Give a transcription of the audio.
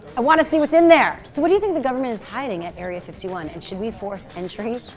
i want to see what's in there so what do you think the government is hiding at area fifty one and should we force entry?